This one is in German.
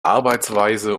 arbeitsweise